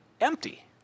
empty